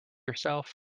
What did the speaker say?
yourself